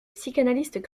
psychanalistes